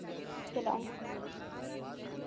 ᱪᱟᱞᱟᱜ ᱟᱹᱧ